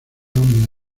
hombre